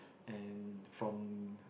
and from